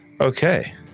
Okay